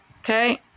Okay